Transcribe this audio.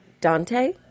Dante